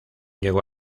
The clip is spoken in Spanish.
llegó